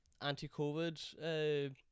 anti-Covid